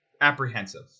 apprehensive